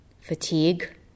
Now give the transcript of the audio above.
fatigue